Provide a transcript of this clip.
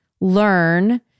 learn